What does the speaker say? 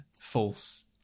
false